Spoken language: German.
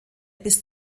bis